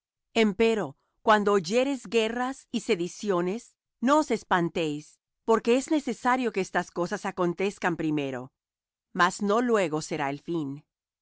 ellos empero cuando oyereis guerras y sediciones no os espantéis porque es necesario que estas cosas acontezcan primero mas no luego será el fin